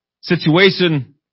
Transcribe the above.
situation